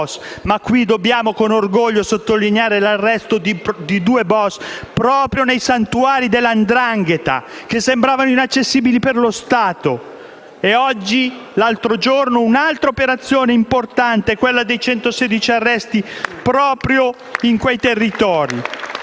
Ma qui dobbiamo con orgoglio sottolineare l'arresto di due *boss* proprio nei santuari della 'ndrangheta che sembravano inaccessibili per lo Stato. E l'altro giorno un'altra operazione importante, con 116 arresti, proprio in quei territori